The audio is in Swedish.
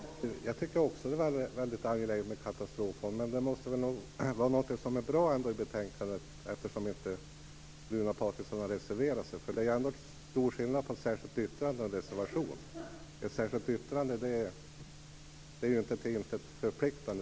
Fru talman! Jag tycker också att det är angeläget med en katastroffond. Men det måste vara någonting som är bra i betänkandet eftersom Runar Patriksson inte har reserverat sig. Det är en stor skillnad på ett särskilt yttrande och en reservation. Ett särskilt yttrande är inte till intet förpliktande.